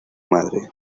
madre